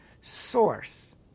source